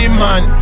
man